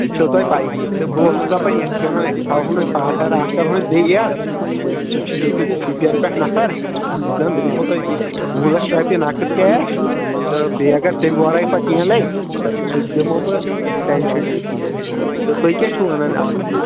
یہِ چھو تۄہہِ پیی تہٕ بہٕ اوسُس دپان یتھ کیاہ ونان أسۍ تھاوہون وۄنۍ پاٹنر اکھ کرٕہون أسۍ بیٚیہِ ایٚڈ سُہ چھُ ییٚتیُک شُپین پٮ۪ٹھ نفر یہِ چھُ دپان بہٕ دِمو تۄہہِ وُہ لچھ رۄپیہِ نقٕد کیش تہٕ بیٚیہِ اگر تمہِ ورٲے پتہِ کیٚنٛہہ لگہِ سُہ تہِ دِمہو بہٕ تہٕ ٹٮ۪نشن چھُنہٕ کیٚنٛہہ تہٕ تُہۍ کیٛاہ چھو ونان اَتھ مُتعلِق